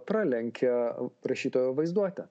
pralenkia rašytojo vaizduotę